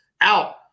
out